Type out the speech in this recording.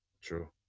True